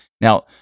Now